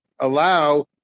allow